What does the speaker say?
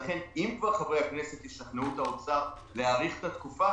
לכן אם כבר חברי הכנסת ישכנעו את האוצר להאריך את התקופה,